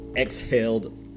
exhaled